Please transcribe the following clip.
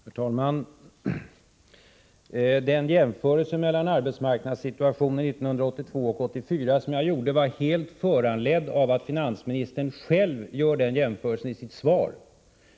Herr talman! Den jämförelse mellan arbetsmarknadssituationen 1982 och 1984 som jag gjorde var helt föranledd av att finansministern själv gör en sådan jämförelse i sitt svar.